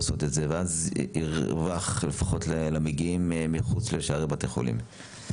ואז ירווח לפחות לאלו שמגיעים מחוץ לשערי בתי החולים.